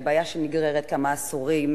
היא בעיה שנגררת כמה עשורים,